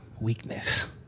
weakness